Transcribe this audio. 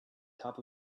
top